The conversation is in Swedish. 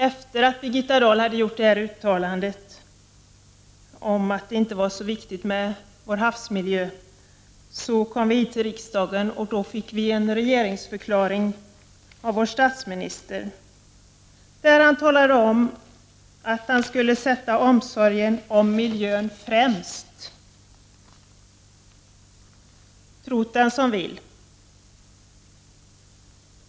Efter Birgitta Dahls uttalande om att havsmiljön inte var så viktig öppnades riksmötet. I den regeringsförklaring som avgavs fick vi av statsministern höra att han skulle sätta omsorgen om miljön i främsta rummet — tro't den som vill!